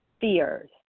fears